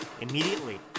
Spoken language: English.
immediately